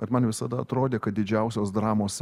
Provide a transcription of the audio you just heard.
bet man visada atrodė kad didžiausios dramos